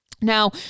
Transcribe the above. Now